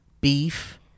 beef